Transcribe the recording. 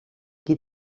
qui